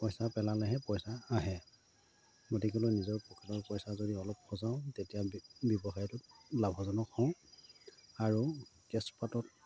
পইচা পেলালেহে পইচা আহে গতিকেলৈ নিজৰ পকেটৰ পইচা যদি অলপ ফচাওঁ তেতিয়া ব্যৱসায়টোত লাভজনক হওঁ আৰু কেঁচপাতত